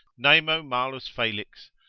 nemo malus felix.